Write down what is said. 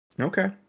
okay